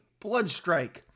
Bloodstrike